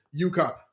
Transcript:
UConn